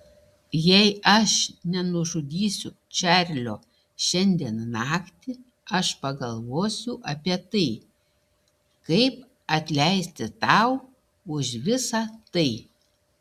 jei aš nenužudysiu čarlio šiandien naktį aš pagalvosiu apie tai kaip atleisti tau už visą tai